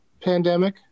pandemic